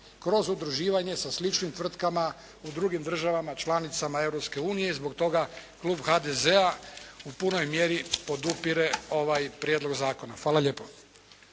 kroz udruživanje sa sličnim tvrtkama u drugim državama članicama Europske unije i zbog toga Klub HDZ-a u punoj mjeri podupire ovaj prijedlog zakona. Hvala lijepo.